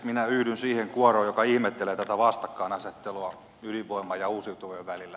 minä yhdyn siihen kuoroon joka ihmettelee tätä vastakkainasettelua ydinvoiman ja uusiutuvien välillä